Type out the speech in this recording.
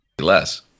less